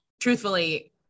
truthfully